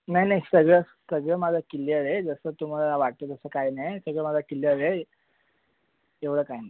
नाही नाही सगळं सगळं माझं क्लियर आहे जसं तुम्हाला वाटतं तसं काय नाही सगळं माझं क्लियर आहे एवढं काय नाही